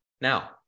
Now